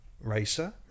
racer